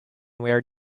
where